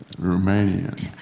Romanian